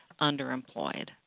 underemployed